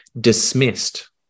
dismissed